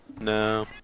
No